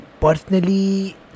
personally